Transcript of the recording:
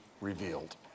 revealed